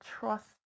trust